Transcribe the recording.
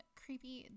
creepy